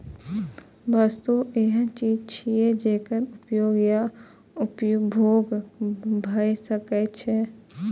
वस्तु एहन चीज छियै, जेकर उपयोग या उपभोग भए सकै छै